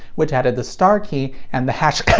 which added the star key and the hasht.